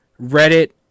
Reddit